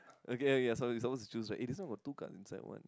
okay okay sorry you supposed to choose right eh this one got two cards inside what